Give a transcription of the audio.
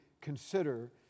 consider